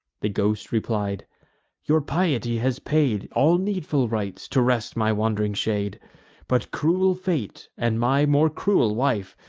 the ghost replied your piety has paid all needful rites, to rest my wand'ring shade but cruel fate, and my more cruel wife,